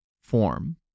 form